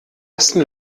ersten